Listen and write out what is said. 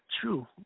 true